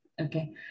okay